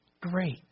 great